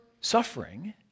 suffering